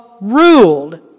ruled